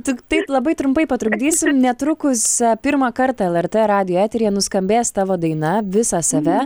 tik taip labai trumpai patrukdysim netrukus pirmą kartą lrt radijo eteryje nuskambės tavo daina visą save